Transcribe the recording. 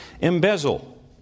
embezzle